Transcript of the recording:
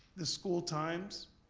the school times,